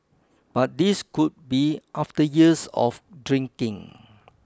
but this could be after years of drinking